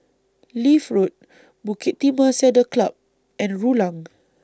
Leith Road Bukit Timah Saddle Club and Rulang